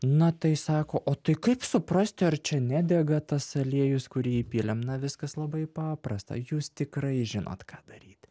na tai sako o tai kaip suprasti ar čia nedega tas aliejus kurį įpylėm na viskas labai paprasta jūs tikrai žinot ką daryti